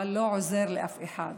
אבל לא עוזר לאף אחד.